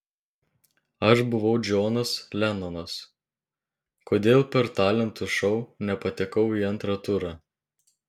aš buvau džonas lenonas kodėl per talentų šou nepatekau į antrą turą